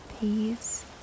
peace